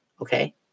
okay